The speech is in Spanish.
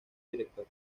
director